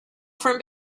from